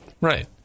right